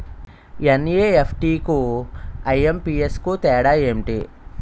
NEFT కు IMPS కు తేడా ఎంటి?